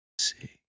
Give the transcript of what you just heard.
see